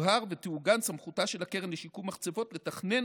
שתובהר ותעוגן סמכותה של הקרן לשיקום מחצבות לתכנן